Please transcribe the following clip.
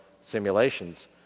simulations